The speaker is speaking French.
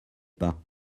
pas